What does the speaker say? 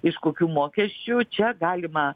iš kokių mokesčių čia galima